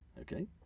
Okay